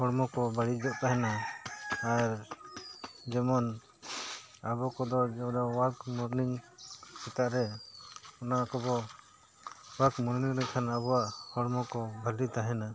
ᱦᱚᱲᱢᱚ ᱠᱚ ᱵᱟᱹᱲᱤᱡᱚᱜ ᱛᱟᱦᱮᱱᱟ ᱟᱨ ᱡᱮᱢᱚᱱ ᱟᱵᱚ ᱠᱚᱫᱚ ᱡᱮ ᱳᱣᱟᱠ ᱢᱚᱨᱱᱤᱝ ᱥᱮᱛᱟᱜ ᱨᱮ ᱚᱱᱟ ᱠᱚᱵᱚ ᱳᱣᱟᱠ ᱢᱚᱨᱱᱤᱝ ᱞᱮᱠᱷᱟᱱ ᱟᱵᱚᱣᱟᱜ ᱦᱚᱲᱢᱚ ᱠᱚ ᱵᱷᱟᱹᱞᱤ ᱛᱟᱦᱮᱱᱟ